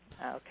Okay